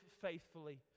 faithfully